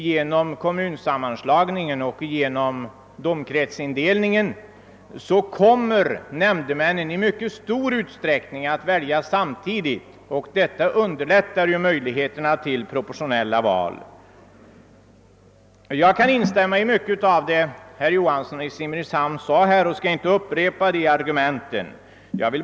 Genom kommunsammanslagningen och genom domkretsindelningen kommer nämndemännen i mycket stor utsträckning att väljas samtidigt och detta underlättar möjligheterna till proportionella val. Jag kan instämma i mycket av vad herr Johansson i Simrishamn sade och skall inte upprepa de argumenten.